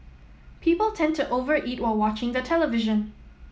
people tend to over eat while watching the television